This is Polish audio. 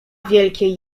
wielkie